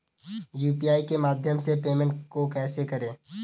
UPI के माध्यम से पेमेंट को कैसे करें?